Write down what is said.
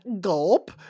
gulp